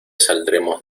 saldremos